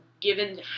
given